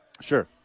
Sure